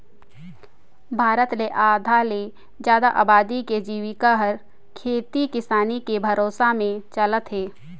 भारत ले आधा ले जादा अबादी के जिविका हर खेती किसानी के भरोसा में चलत हे